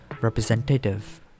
representative